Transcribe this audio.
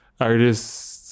artists